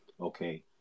Okay